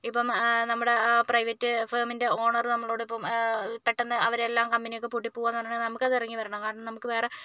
ഇപ്പം നമ്മുടെ പ്രൈവറ്റ് ഫേമിൻ്റെ ഓണർ നമ്മളോടിപ്പം പെട്ടെന്ന് അവരെല്ലാം കമ്പനിയൊക്കെ പൂട്ടി പൂവാണെന്ന് പറഞ്ഞിട്ടുണ്ടെങ്കിൽ നമുക്കത് ഇറങ്ങി വരണം കാരണം നമുക്ക് വേറെ